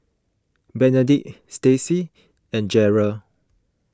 Benedict Staci and Gerold